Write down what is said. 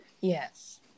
Yes